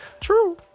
True